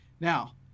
Now